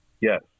yes